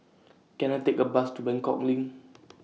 Can I Take A Bus to Buangkok LINK